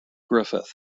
griffith